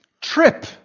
trip